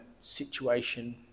situation